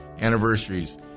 anniversaries